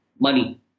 money